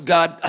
God